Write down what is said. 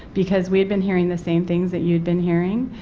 because we had been hearing the same things that you had been hearing,